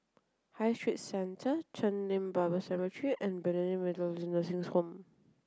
High Street Centre Chen Lien Bible Seminary and Bethany Methodist Nursing Home